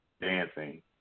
dancing